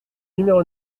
numéro